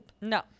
No